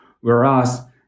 Whereas